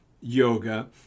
yoga